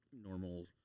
normal